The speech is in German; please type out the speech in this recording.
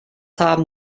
haben